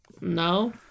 No